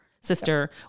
sister